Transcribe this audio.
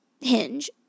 Hinge